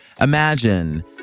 imagine